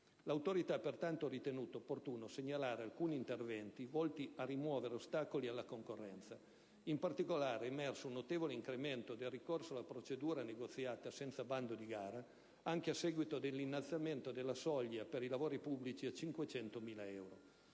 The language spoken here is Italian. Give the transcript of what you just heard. L'Autorità ha pertanto ritenuto opportuno segnalare alcuni interventi volti a rimuovere ostacoli alla concorrenza. In particolare, è emerso un notevole incremento del ricorso alla procedura negoziata senza bando di gara anche a seguito dell'innalzamento della soglia per i lavori pubblici a 500.000 euro.